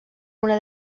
una